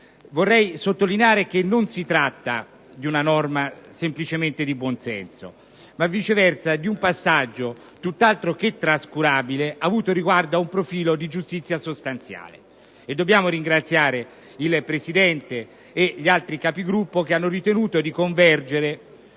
vorrei sottolineare che non si tratta semplicemente di una norma di buon senso ma, viceversa, di un passaggio tutt'altro che trascurabile, avuto riguardo a un profilo di giustizia sostanziale. Dobbiamo ringraziare il Presidente e gli altri Capigruppo che hanno ritenuto di convergere